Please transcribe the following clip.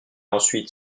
ensuite